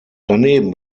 daneben